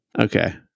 Okay